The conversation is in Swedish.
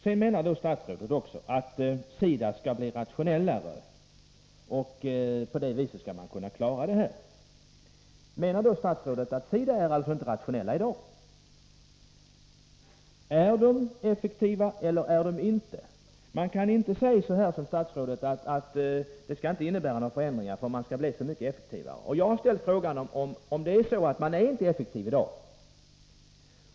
Statsrådet menar också att SIDA skall bli mer rationellt och på det sättet kunna klara det hela. Menar då statsrådet att SIDA inte är rationellt i dag? Är SIDA effektivt, eller är det det inte? Man kan inte säga som statsrådet, att det inte är fråga om några förändringar, eftersom man skall bli så mycket effektivare. Jag har ställt frågan om det är så att SIDA inte är effektivt i dag.